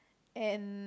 and